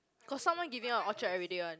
got someone giving out Orchard everyday one